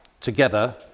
together